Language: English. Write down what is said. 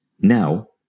Now